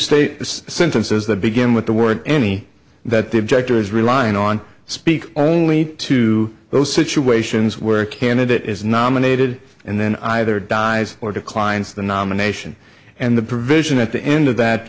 state sentences that begin with the word any that the objector is relying on speak only to those situations where a candidate is nominated and then either dies or declines the nomination and the provision at the end of that